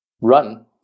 run